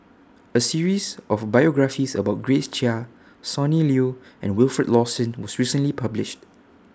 A series of biographies about Grace Chia Sonny Liew and Wilfed Lawson was recently published